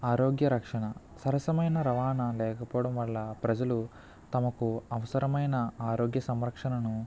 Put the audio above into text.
ఆరోగ్య రక్షణ సరసమైన రవాణ లేకపోవడం వల్ల ప్రజలు తమకు అవసరమైన ఆరోగ్య సంరక్షణను